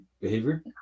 behavior